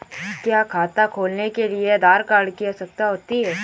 क्या खाता खोलने के लिए आधार कार्ड की आवश्यकता होती है?